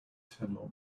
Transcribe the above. tenor